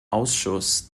ausschuss